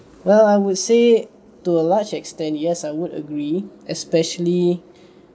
well I would say to a large extent yes I would agree especially